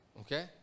okay